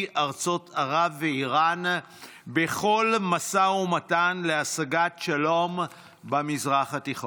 ארצות ערב ואיראן בכל משא ומתן להשגת שלום במזרח התיכון.